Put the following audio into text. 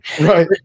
Right